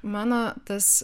mano tas